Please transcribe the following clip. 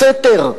בסתר.